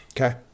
okay